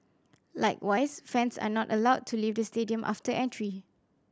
likewise fans are not allowed to leave the stadium after entry